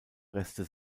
reste